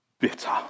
bitter